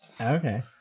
Okay